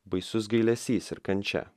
baisus gailesys ir kančia